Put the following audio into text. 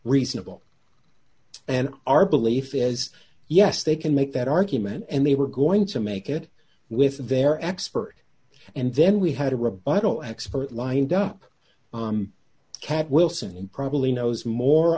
reasonable and our belief as yes they can make that argument and they were going to make it with their expert and then we had a rebuttal expert lined up kat wilson probably knows more